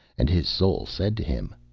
and his soul said to him,